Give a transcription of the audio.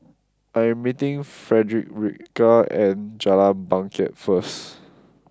I am meeting Fredericka at Jalan Bangket first